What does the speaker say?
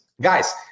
guys